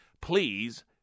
please